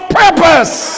purpose